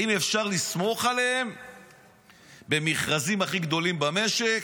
האם אפשר לסמוך עליהם במכרזים הכי גדולים במשק?